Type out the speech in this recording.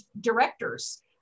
directors